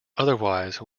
otherwise